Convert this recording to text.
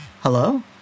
Hello